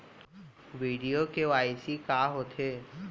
video KYC का होथे